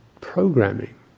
programming